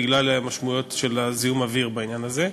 בגלל המשמעויות של זיהום אוויר בעניין הזה.